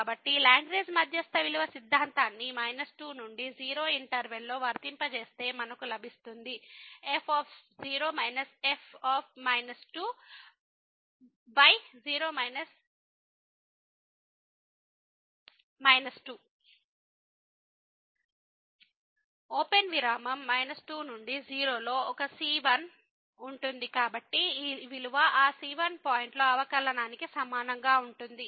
కాబట్టి లాగ్రేంజ్ మధ్యస్థ విలువ సిద్ధాంతాన్ని 2 నుండి 0 ఇంటర్వెల్ లో వర్తింపజేస్తే మనకు లభిస్తుంది f0 f0 ఓపెన్ విరామం 2 నుండి 0 లో ఒక c1 ఉంటుంది కాబట్టి ఈ విలువ ఆ c1 పాయింట్లో అవకలనానికి సమానంగా ఉంటుంది